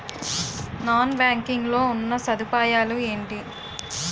Non banking లో ఉన్నా సదుపాయాలు ఎంటి?